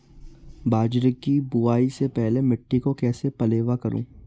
बाजरे की बुआई से पहले मिट्टी को कैसे पलेवा करूं?